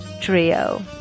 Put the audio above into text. Trio